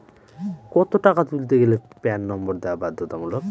কত টাকা তুলতে গেলে প্যান নম্বর দেওয়া বাধ্যতামূলক?